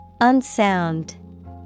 Unsound